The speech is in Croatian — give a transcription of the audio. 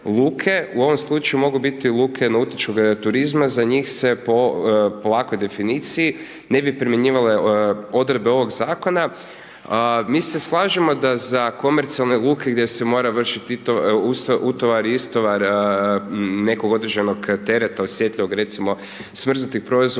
u ovom slučaju mogu biti luke nautičkog turizma, za njih se po ovakvoj definiciji ne bi primjenjivale odredbe ovog Zakona, a mi se slažemo da za komercionalne luke gdje se mora vršiti utovar i istovar nekog određenog tereta, osjetljivog recimo, smrznutih proizvoda